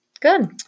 Good